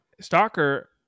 Stalker